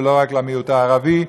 ולא רק למיעוט הערבי,